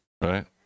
right